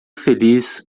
feliz